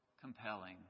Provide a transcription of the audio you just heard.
compelling